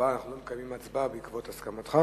לא מקיימים הצבעה בעקבות הסכמתך.